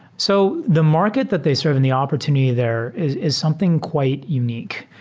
so the market that they serve and the opportunity there is is something quite unique.